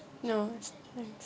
no thanks